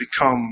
become